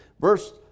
Verse